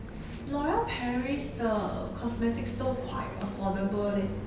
l'oreal paris 的 cosmetics 都 quite affordable leh